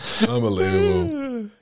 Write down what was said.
unbelievable